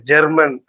German